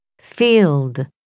field